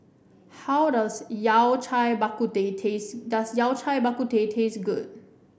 how does Yao Cai Bak Kut Teh taste does Yao Cai Bak Kut Teh taste good